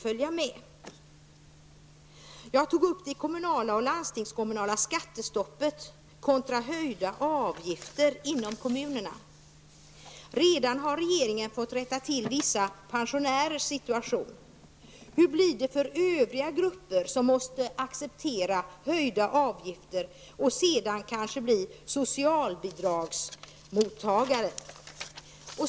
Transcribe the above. Vidare har jag tagit upp frågan om det kommunala och landstingskommunala skattestoppet kontra höjda avgifter inom kommunerna. Regeringen har ju redan fått göra en korrigering när det gäller vissa pensionärers situation. Men hur blir det för övriga grupper som måste acceptera höjda avgifter och som sedan kanske blir socialbidragsmottagare?